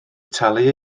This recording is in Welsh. talu